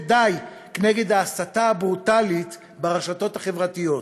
די נגד ההסתה הברוטלית ברשתות החברתיות?